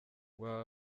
waba